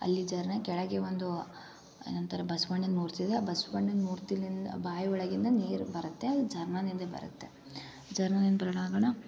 ಅಲ್ಲಿ ಜರ್ನ ಕೆಳಗೆ ಒಂದು ಏನಂತರ ಬಸವಣ್ಣನ್ ಮೂರ್ತಿಯಿದೆ ಆ ಬಸವಣ್ಣನ್ ಮೂರ್ತಿಲಿಂದ ಬಾಯಿ ಒಳಗಿಂದ ನೀರು ಬರುತ್ತೆ ಅದು ಜರ್ನಲಿಂದ ಬರುತ್ತೆ ಜರ್ನಲಿಂದ ಬರ್ಲಾಗಣ